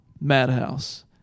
Madhouse